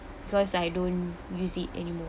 so as I don't use it anymore